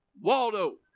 Waldo